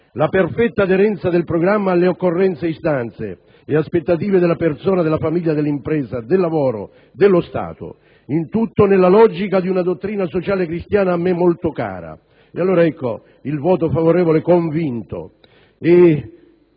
la perfetta aderenza del programma alle occorrenze e istanze, le aspettative della persona, della famiglia, dell'impresa, del lavoro, dello Stato, il tutto nella logica di una dottrina sociale cristiana a me molto cara. Di qui il voto favorevole convinto,